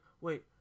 wait